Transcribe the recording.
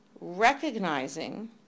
recognizing